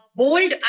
bold